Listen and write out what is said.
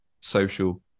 social